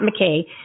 McKay